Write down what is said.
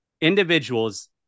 individuals